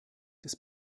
des